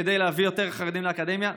כדי להביא יותר חרדים לאקדמיה.